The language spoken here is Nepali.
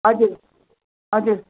हजुर हजुर